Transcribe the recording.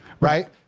right